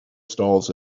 stalls